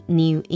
new